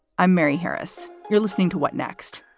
i'm mary harris. you're listening to what next?